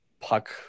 puck